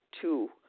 Two